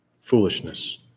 Foolishness